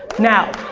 now,